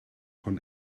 von